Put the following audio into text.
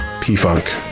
P-Funk